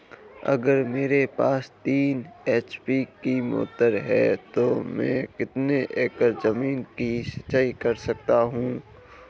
अगर मेरे पास तीन एच.पी की मोटर है तो मैं कितने एकड़ ज़मीन की सिंचाई कर सकता हूँ?